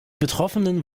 betroffenen